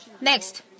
Next